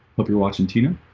hope you're watching tina.